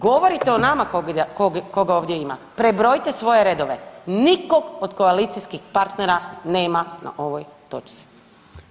Govorite nama koga ovdje ima, prebrojite svoje redove, nikog od koalicijskih partnera nema na ovoj točci.